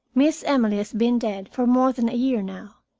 miss emily has been dead for more than a year now.